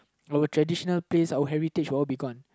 traditional taste our heritage all will be gone